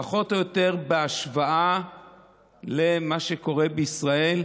פחות או יותר בהשוואה למה שקורה בישראל.